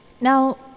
Now